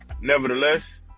nevertheless